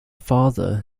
father